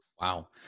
Wow